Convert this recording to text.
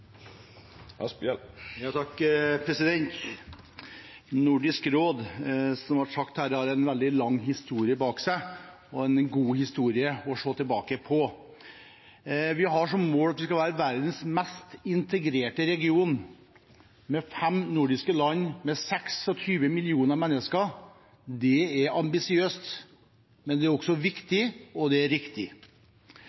Nordisk råd har, som det ble sagt her, en veldig lang historie bak seg og en god historie å se tilbake på. Vi har som mål at vi skal være verdens mest integrerte region, med fem nordiske land, med 26 millioner mennesker. Det er ambisiøst, men det er også